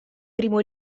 primo